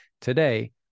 today